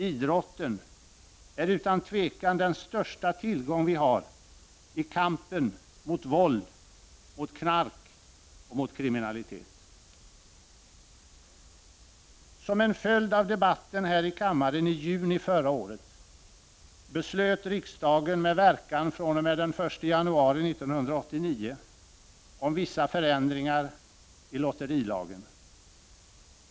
Idrotten är utan tvivel den största tillgång vi har i kampen mot våld, knark och kriminalitet. Som en följd av debatten här i kammaren i juni förra året beslöt riksdagen, med verkan fr.o.m. den 1 januari 1989, om vissa ändringar i lotterilagen.